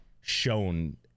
shown